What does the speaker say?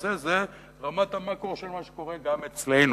למעשה זה רמת המקרו של מה שקורה גם אצלנו.